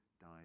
died